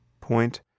point